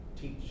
teach